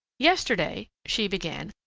yesterday, she began,